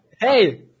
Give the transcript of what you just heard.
hey